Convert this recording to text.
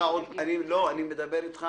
לא, אני מדבר איתך